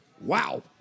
Wow